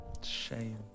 Shame